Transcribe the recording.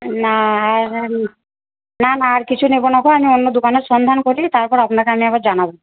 না না না আর কিছু নেব না গো আমি অন্য দোকানের সন্ধান করি তারপর আপনাকে আমি একবার জানাব